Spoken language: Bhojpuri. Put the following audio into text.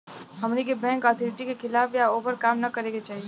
हमनी के बैंक अथॉरिटी के खिलाफ या ओभर काम न करे के चाही